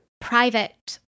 private